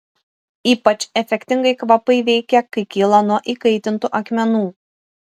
ypač efektingai kvapai veikia kai kyla nuo įkaitintų akmenų